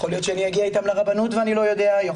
יכול להיות שאני אגיע איתם לרבנות ואני לא יודע,